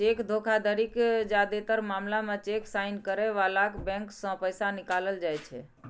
cheque धोखाधड़ीक जादेतर मामला मे चेक साइन करै बलाक बैंक सं पैसा निकालल जाइ छै